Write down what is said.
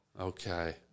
Okay